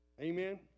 amen